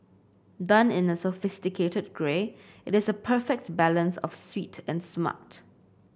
done in a sophisticated grey it is a perfect balance of sweet and smart